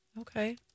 Okay